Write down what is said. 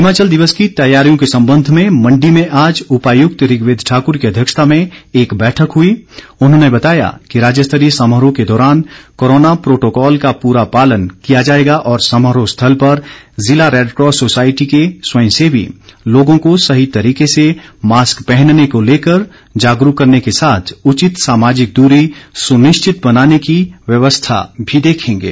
हिमाचल दिवस की तैयारियों के संबंध में मण्डी में आज उपायुक्त ऋग्वेद ठाकुर की अध्यक्षता में एक बैठक हुई उन्होंने बताया कि राज्यस्तरीय समारोह के दौरान कोरोना प्रोटोकॉल का पूरा पालन किया जाएगा और समारोह स्थल पर जिला रैडकॉस सोसायटी के स्वयंसेवी लोगों को सही तरीके से मास्क पहनने को लेकर जागरूक करने के साथ उचित सामाजिक दूरी सुनिश्चित बनाने की व्यवस्था भी देखेंगे